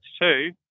two